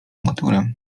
maturę